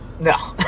No